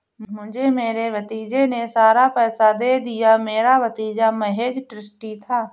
मुझे मेरे भतीजे ने सारा पैसा दे दिया, मेरा भतीजा महज़ ट्रस्टी था